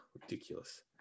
Ridiculous